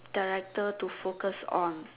director to focus on